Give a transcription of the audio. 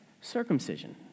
circumcision